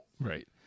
right